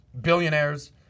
billionaires